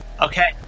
Okay